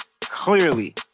Clearly